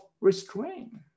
restraint